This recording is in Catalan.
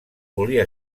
volia